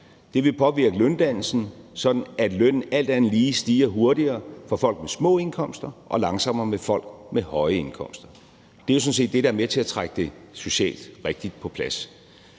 Det vil påvirke løndannelsen, sådan at lønnen alt andet lige stiger hurtigere for folk med små indkomster og langsommere for folk med høje indkomster. Det er jo sådan set det, der er med til at trække det socialt rigtigt på plads.